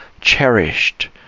cherished